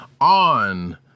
on